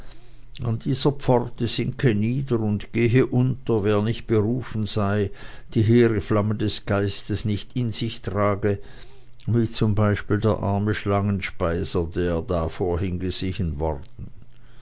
an dieser pforte sinke nieder und gehe unter wer nicht berufen sei die hehre flamme des genius nicht in sich trage wie zum beispiel der arme schlangenspeiser der vorhin gesehen worden